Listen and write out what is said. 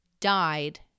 died